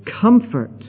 comfort